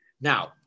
Now